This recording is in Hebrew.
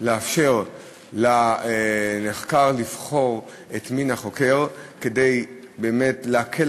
לאפשר לנחקר לבחור את מין החוקר כדי באמת להקל